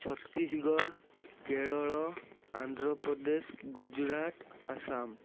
Chhattisgarh Kerala Andhra Pradesh Gujarat Assam